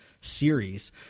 series